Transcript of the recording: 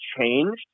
changed